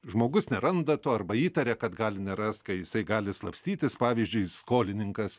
žmogus neranda to arba įtaria kad gali nerast kai jisai gali slapstytis pavyzdžiui skolininkas